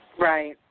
Right